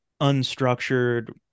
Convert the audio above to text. unstructured